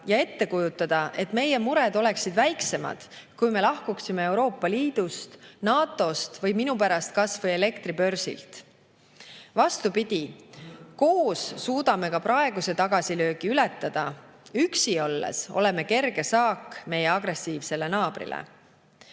ega ette kujutada, et meie mured oleksid väiksemad, kui me lahkusime Euroopa Liidust, NATO-st või minu pärast kas või elektribörsilt. Vastupidi, koos suudame ka praeguse tagasilöögi ületada, üksi olles oleme kerge saak meie agressiivsele naabrile.